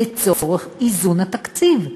לצורך איזון התקציב.